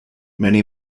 many